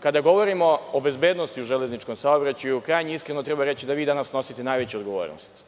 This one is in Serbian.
Kada govorimo o bezbednosti u železničkom saobraćaju, krajnje iskreno treba reći da vi danas snosite najveću odgovornost